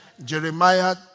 Jeremiah